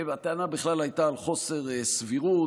הטענה בכלל הייתה על חוסר סבירות,